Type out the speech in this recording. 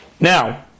Now